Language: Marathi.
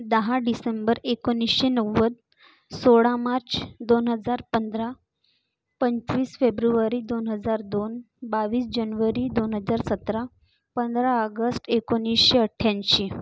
दहा डिसेंबर एकोणीसशे नव्वद सोळा मार्च दोन हजार पंधरा पंचवीस फेब्रुवरी दोन हजार दोन बावीस जनवरी दोन हजार सतरा पंधरा आगस्ट एकोणीसशे अठ्ठ्याऐंशी